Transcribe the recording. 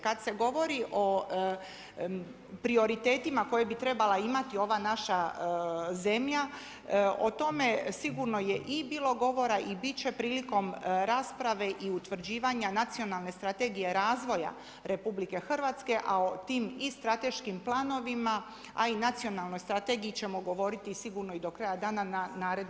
Kad se govori o prioritetima koje bi trebala imati ova naša zemlja, o tome sigurno je i bilo govora i bit će prilikom rasprave i utvrđivanja Nacionalne strategije razvoja RH, a o tim i strateškim planovima a i Nacionalnoj strategiji ćemo govoriti sigurno i do kraja dana na narednu točku dnevnog reda.